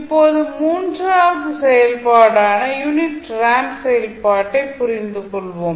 இப்போது மூன்றாவது செயல்பாடான யூனிட் ரேம்ப் செயல்பாட்டைப் புரிந்துகொள்வோம்